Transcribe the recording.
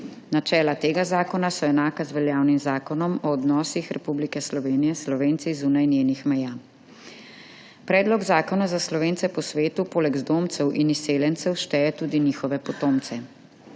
Načela tega zakona so enaka z veljavnim zakonom o odnosih Republike Slovenije s Slovenci zunaj njenih meja. Predlog zakona za Slovence po svetu poleg zdomcev in izseljencev šteje tudi njihove potomce.